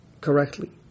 correctly